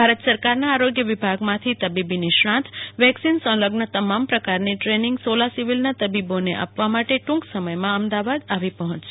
ભારત સરકારના આરોગ્ય વિભાગમાંથી તબીબો નિષ્ણાંત વેકિસન સંલગ્ન તમામ પ્રકારની ટ્રનિગ સોલા સિવિલના તબીબોને આપવા માટે ટૂંક સમયમાં આવી પહોંચશે